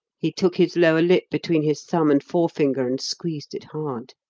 he took his lower lip between his thumb and forefinger and squeezed it hard.